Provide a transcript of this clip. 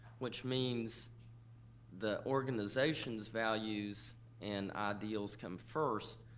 which means the organization's values and ideals come first,